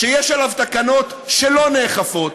שיש לו תקנות שלא נאכפות,